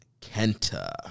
Kenta